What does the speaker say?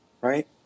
right